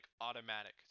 automatic